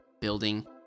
building